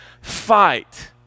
fight